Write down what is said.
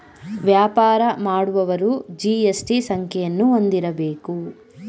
ವ್ಯಾಪಾರ ಮಾಡುವವರು ಜಿ.ಎಸ್.ಟಿ ಸಂಖ್ಯೆಯನ್ನು ಹೊಂದಿರಬೇಕು